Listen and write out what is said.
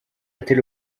était